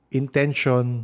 intention